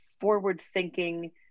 forward-thinking